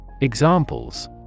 Examples